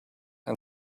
and